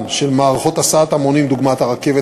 הקמתן של מערכות הסעת המונים דוגמת הרכבת